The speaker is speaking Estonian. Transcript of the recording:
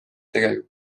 tegelikult